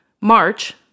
March